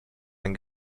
ein